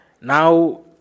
Now